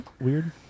Weird